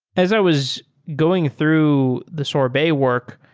as i was going through the sorbet work,